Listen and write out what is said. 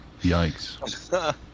Yikes